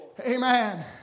Amen